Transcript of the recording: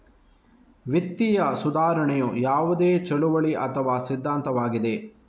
ವಿತ್ತೀಯ ಸುಧಾರಣೆಯು ಯಾವುದೇ ಚಳುವಳಿ ಅಥವಾ ಸಿದ್ಧಾಂತವಾಗಿದೆ